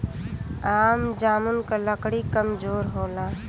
आम जामुन क लकड़ी कमजोर होला